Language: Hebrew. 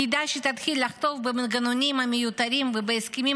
כדאי שתתחיל לחתוך במנגנונים המיותרים ובהסכמים